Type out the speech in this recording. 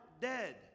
dead